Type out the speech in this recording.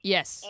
Yes